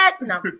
No